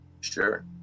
Sure